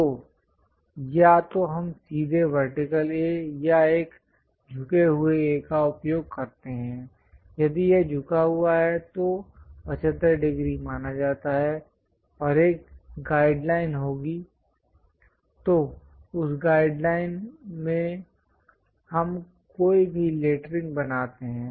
तो या तो हम सीधे वर्टिकल A या एक झुके हुए A का उपयोग करते हैं यदि यह झुका हुआ है तो 75 डिग्री माना जाता है और एक गाइड लाइन होगी तो उस गाइड लाइन में हम कोई भी लेटरिंग बनाते हैं